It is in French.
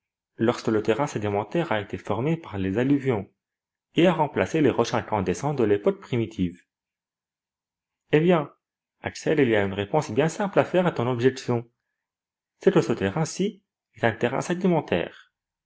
lorsque le terrain sédimentaire a été formé par les alluvions et a remplacé les roches incandescentes de l'époque primitive eh bien axel il y a une réponse bien simple à faire à ton objection c'est que